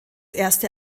erste